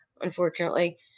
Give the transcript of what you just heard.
unfortunately